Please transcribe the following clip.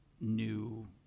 new